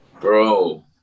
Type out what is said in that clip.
Bro